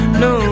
no